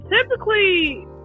typically